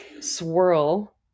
swirl